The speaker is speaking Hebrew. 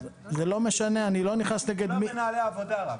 נגד מי.